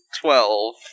twelve